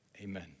Amen